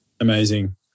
Amazing